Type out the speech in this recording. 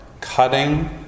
cutting